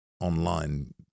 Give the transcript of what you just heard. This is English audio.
online